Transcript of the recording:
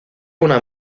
una